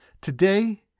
Today